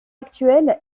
actuel